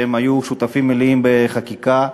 שהיו שותפים מלאים בחקיקה.